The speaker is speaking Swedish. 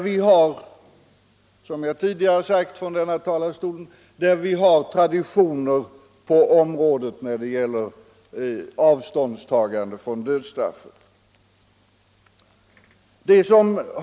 Vi har, som jag tidigare sagt, tradition när det gäller avståndstagande från dödsstraffet.